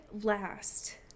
last